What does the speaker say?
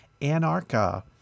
Anarcha